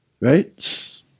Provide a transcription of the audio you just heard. Right